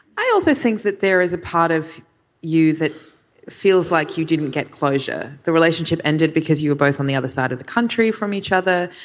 i also think that there is a part of you that feels like you didn't get closure. the relationship ended because you were both on the other side of the country from each other.